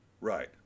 Right